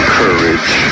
courage